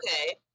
okay